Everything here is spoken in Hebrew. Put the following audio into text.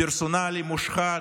פרסונלי, מושחת,